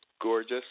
gorgeous